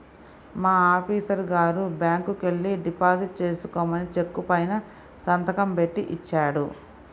మా ఆఫీసరు గారు బ్యాంకుకెల్లి డిపాజిట్ చేసుకోమని చెక్కు పైన సంతకం బెట్టి ఇచ్చాడు